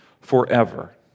forever